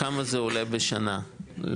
כמה זה עולה בשנה לכם,